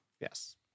Yes